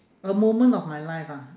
a moment of my life ah